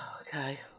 Okay